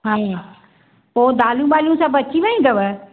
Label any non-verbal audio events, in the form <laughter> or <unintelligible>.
<unintelligible> पोइ दालियूं वालियूं सभु अची वयूं अथव